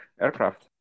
aircraft